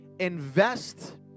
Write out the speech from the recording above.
Invest